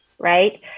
Right